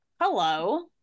Hello